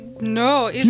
No